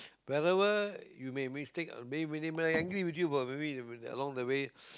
wherever you may mistake may when they may be angry with you but maybe along the way